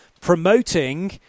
Promoting